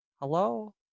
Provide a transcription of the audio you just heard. Hello